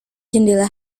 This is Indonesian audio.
jendela